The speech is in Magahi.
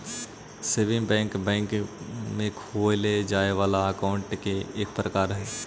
सेविंग बैंक बैंक में खोलल जाए वाला अकाउंट के एक प्रकार हइ